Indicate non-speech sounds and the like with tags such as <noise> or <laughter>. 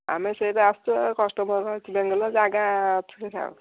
ଆମେ <unintelligible> ଆସୁଥିବା କଷ୍ଟମର୍ ଠିଆ ହେଇଗଲା ଜାଗା ଅଛି ଆଉ